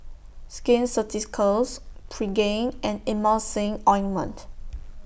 Skin Ceuticals Pregain and Emulsying Ointment